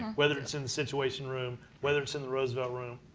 whether it's in the situation room, whether it's in the roosevelt room.